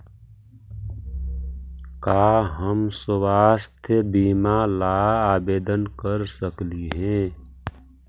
का हम स्वास्थ्य बीमा ला आवेदन कर सकली हे?